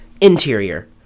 interior